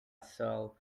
sol